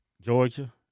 Georgia